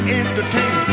entertain